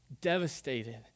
devastated